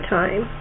time